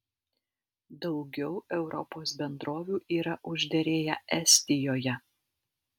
daugiau europos bendrovių yra užderėję estijoje